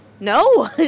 No